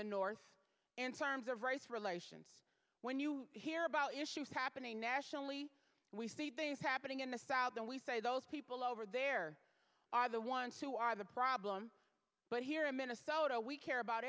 the north in terms of race relations when you hear about issues happening nationally we see things happening in the south and we say those people over there are the ones who are the problem but here in minnesota we care about